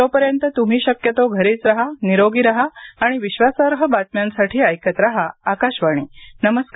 तोपर्यंत तुम्ही शक्यतो घरीच राहा निरोगी राहा आणि विश्वासार्ह बातम्यांसाठी ऐकत राहा आकाशवाणी नमस्कार